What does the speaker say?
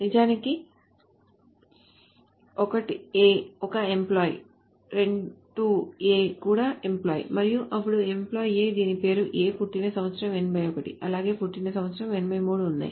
నిజానికి 1 A ఒక employee 2 A కూడా ఎంప్లాయ్ మరియు అప్పుడు ఎంప్లాయ్ A దీని పేరు A పుట్టిన సంవత్సరం 81 అలాగే పుట్టిన సంవత్సరం 83 ఉన్నాయి